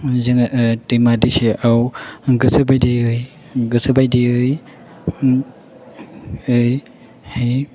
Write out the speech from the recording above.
जोङो दैमा दैसायाव गोसो बायदियै